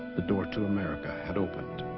the door to america had opened